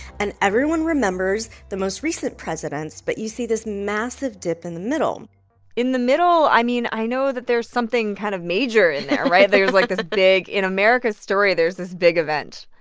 and everyone remembers the most recent presidents. but you see this massive dip in the middle in the middle, i mean, i know that there's something kind of major in there, right? there's, like, this big in america's story, there's this big event.